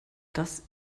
das